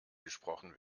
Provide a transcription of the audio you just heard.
gesprochen